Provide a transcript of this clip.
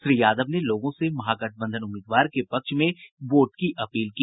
श्री यादव ने लोगों से महागठबंधन उम्मीदवार के पक्ष में वोट की अपील की